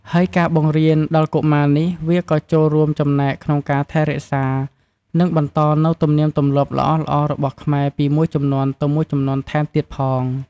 ហើយការបង្រៀនដល់កុមារនេះវាក៏ចូលរួមចំណែកក្នុងការថែរក្សា និងបន្តនូវទំនៀមទម្លាប់ល្អៗរបស់ខ្មែរពីមួយជំនាន់ទៅមួយជំនាន់ថែមទៀតផង។